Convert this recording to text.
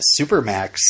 Supermax